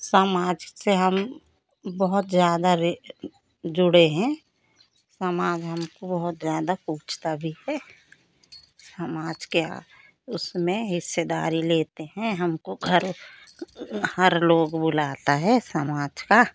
समाज से हम बहुत ज़्यादा जुड़े हैं समाज हमको बहुत ज़्यादा पूछता भी है समाज के उसमें हिस्सेदारी लेते हैं हमको घर हर लोग बुलाते हैं समाज के